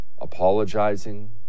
apologizing